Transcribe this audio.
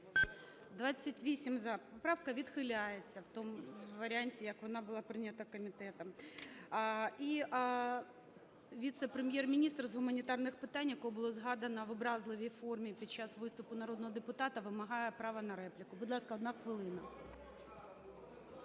За-28 Поправка відхиляється в тому варіанті, як вона була прийнята комітетом. І віце-прем'єр-міністр з гуманітарних питань, якого було згадано в образливій формі під час виступу народного депутата, вимагає право на репліку. Будь ласка, одна хвилина.